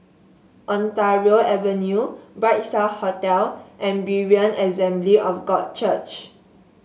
Ontario Avenue Bright Star Hotel and Berean Assembly of God Church